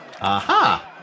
Aha